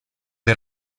the